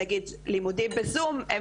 כמו לימודים בזום או ביחס לכל משאב בעצם,